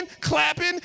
clapping